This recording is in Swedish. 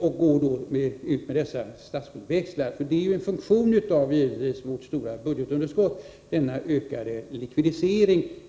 Att man går ut med dessa statsskuldsväxlar, dvs. denna likvidisering av samhället, är sålunda en funktion av vårt stora budgetunderskott.